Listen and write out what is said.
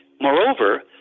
moreover